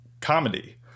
comedy